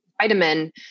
vitamin